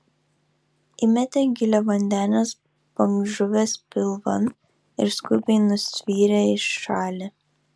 įmetė giliavandenės bangžuvės pilvan ir skubiai nusiyrė į šalį